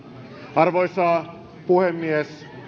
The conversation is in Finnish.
arvoisa puhemies